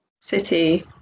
city